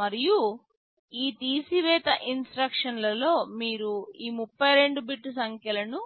మరియు ఈ తీసివేత ఇన్స్ట్రక్షన్ లలో మీరు ఈ 32 బిట్ సంఖ్యలను